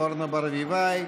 אורנה ברביבאי,